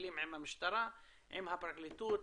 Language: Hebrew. מתחילים עם המשטרה ועם הפרקליטות,